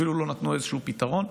אפילו לא נתנו איזשהו פתרון,